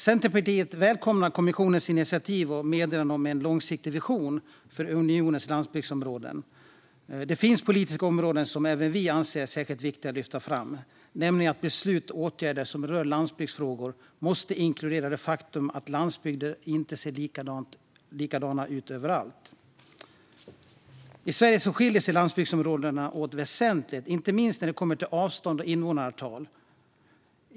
Centerpartiet välkomnar kommissionens initiativ och meddelande om en långsiktig vision för unionens landsbygdsområden. Det finns politiska områden som även vi anser är särskilt viktiga att lyfta fram, nämligen att beslut och åtgärder som rör landsbygdsfrågor måste inkludera det faktum att landsbygder inte ser likadana ut överallt. I Sverige skiljer sig landsbygdsområdena åt väsentligt, inte minst när det kommer till avstånd och invånarantal.